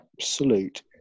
absolute